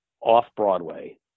off-Broadway